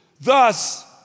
thus